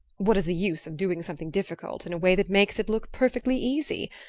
what is the use of doing something difficult in a way that makes it look perfectly easy?